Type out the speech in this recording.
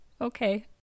okay